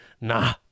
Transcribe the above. Nah